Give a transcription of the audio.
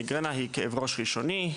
מיגרנה יהא כאב ראש ראשוני,